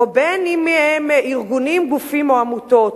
בין שהם ארגונים, גופים או עמותות,